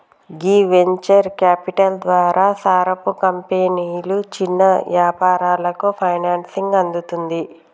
గీ venture capital ద్వారా సారపు కంపెనీలు చిన్న యాపారాలకు ఫైనాన్సింగ్ అందుతుంది